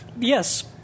Yes